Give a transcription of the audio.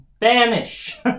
Banish